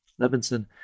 Levinson